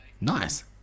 Nice